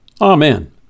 Amen